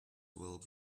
will